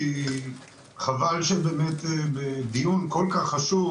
כי חבל שבאמת בדיון כל כך חשוב,